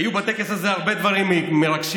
היו בטקס הזה הרבה דברים מרגשים,